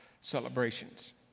celebrations